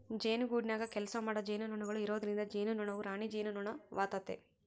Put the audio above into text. ಜೇನುಗೂಡಿನಗ ಕೆಲಸಮಾಡೊ ಜೇನುನೊಣಗಳು ಇರೊದ್ರಿಂದ ಜೇನುನೊಣವು ರಾಣಿ ಜೇನುನೊಣವಾತತೆ